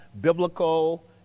biblical